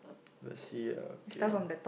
let's see uh okay